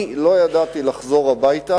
אני לא ידעתי לחזור הביתה